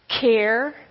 care